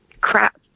crap